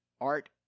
Art